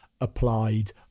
applied